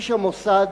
איש המוסד,